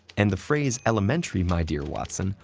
and the phrase, elementary, my dear watson,